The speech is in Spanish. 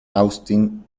austin